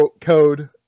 code